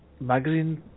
magazines